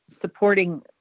supporting